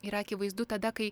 yra akivaizdu tada kai